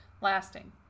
lasting